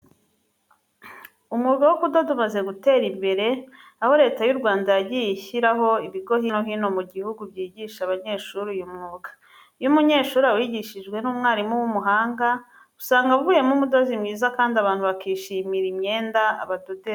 Umwuga wo kudoda umaze gutera imbere, aho Leta y'u Rwanda yagiye ishyiraho ibigo hirya no hino mu gihugu byigisha abanyeshuri uyu mwuga. Iyo umunyeshuri awigishijwe n'umwarimu w'umuhanga usanga avuyemo umudozi mwiza kandi abantu bakishimira imyenda abadodera.